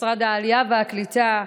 משרד העלייה והקליטה,